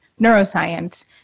neuroscience